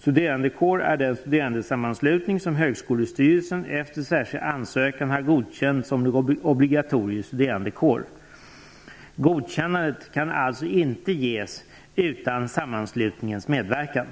Studerandekår är den studerandesammanslutning som högskolestyrelsen efter särskild ansökan har godkänt som obligatorisk studerandekår. Godkännandet kan alltså inte ges utan sammanslutningens medverkan.